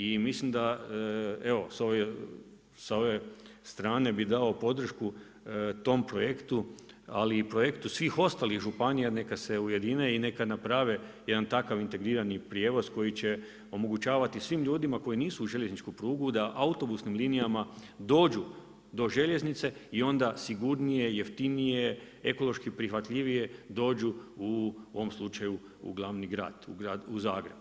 I mislim da evo s ove strane bih dao podršku tom projektu ali i projektu svih ostalih županija neka se ujedine i neka naprave jedan takav integrirani prijevoz koji će omogućavati svim ljudima koji nisu uz željezničku prugu da autobusnim linijama dođu do željeznice i onda sigurnije, jeftinije, ekološki prihvatljivije dođu u ovom slučaju u glavni grad, u grad Zagreb.